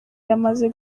yamaze